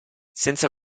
senza